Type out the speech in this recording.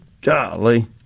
golly